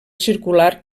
circular